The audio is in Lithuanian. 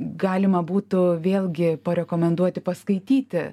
galima būtų vėlgi parekomenduoti paskaityti